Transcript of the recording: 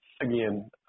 again